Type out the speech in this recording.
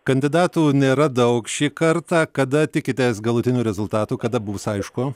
kandidatų nėra daug šį kartą kada tikitės galutinių rezultatų kada bus aišku